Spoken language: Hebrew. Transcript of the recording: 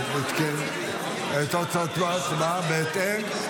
תוצאות ההצבעה בהתאם.